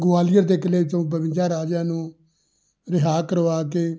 ਗਆਲੀਅਰ ਦੇ ਕਿਲ੍ਹੇ 'ਚੋਂ ਬਵੰਜਾ ਰਾਜਿਆਂ ਨੂੰ ਰਿਹਾਅ ਕਰਵਾ ਕੇ